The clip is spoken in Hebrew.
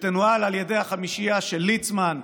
שתנוהל על ידי החמישייה של ליצמן,